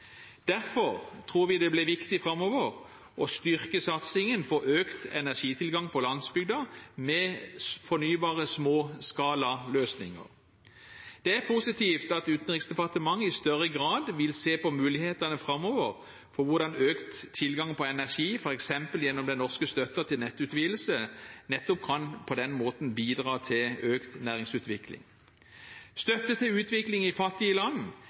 Derfor tror vi det blir viktig framover å styrke satsingen for økt energitilgang på landsbygda med fornybare småskalaløsninger. Det er positivt at Utenriksdepartementet i større grad vil se på mulighetene framover for hvordan økt tilgang på energi, f.eks. gjennom den norske støtten til nettutvidelse, på den måten nettopp kan bidra til økt næringsutvikling. Støtte til utvikling i fattige land